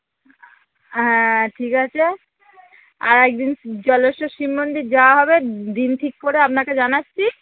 হ্যাঁ ঠিক আছে আর এক দিন জলেশ্বর শিব মন্দির যাওয়া হবে দিন ঠিক করে আপনাকে জানাচ্ছি